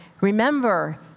Remember